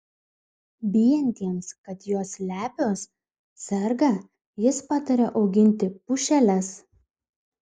bijantiems kad jos lepios serga jis pataria auginti pušeles